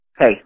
Hey